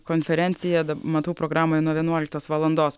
konferencija matau programoje nuo vienuoliktos valandos